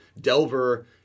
Delver